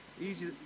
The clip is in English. easy